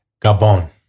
Gabon